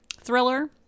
thriller